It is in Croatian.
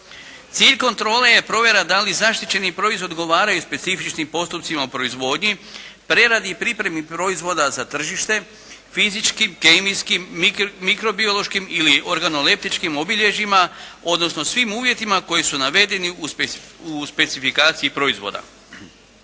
Cilj kontrole je provjera da li zaštićeni proizvodi odgovaraju specifičnim postupcima u proizvodnji, preradi i pripremi proizvoda za tržište, fizičkim, kemijskim, mikrobiološkim ili organoleptičkim obilježjima odnosno svim uvjetima koji su navedeni u specifikaciji proizvoda.